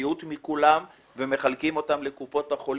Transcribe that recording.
הבריאות עבור כולם ומחלקים אותם לקופות החולים,